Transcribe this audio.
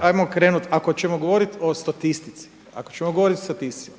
Ajmo krenut ako ćemo govoriti o statistici,